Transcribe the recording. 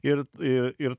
ir ir ir